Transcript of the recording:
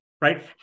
right